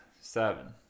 seven